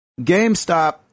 GameStop